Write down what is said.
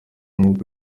umwuka